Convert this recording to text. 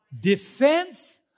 Defense